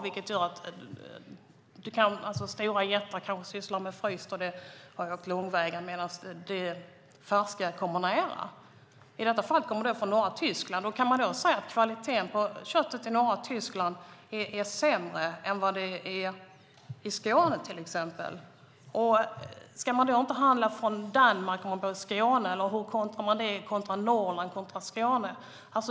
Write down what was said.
De stora jättarna kanske handlar med fryst kött som kommer långväga ifrån medan det färska finns nära. I detta fall kommer det från norra Tyskland. Kan man då säga att kvaliteten på köttet i norra Tyskland är sämre än kvaliteten på köttet i Skåne till exempel? Ska man inte handla från Danmark om man bor i Skåne? Hur är det med Norrland kontra Skåne?